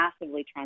massively